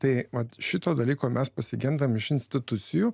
tai vat šito dalyko mes pasigendam iš institucijų